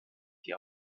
die